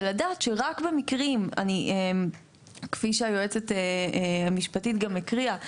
ולדעת שרק במקרים כפי שהיועצת המשפטית גם הקריאה,